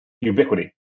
ubiquity